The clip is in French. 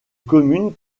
commune